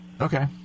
Okay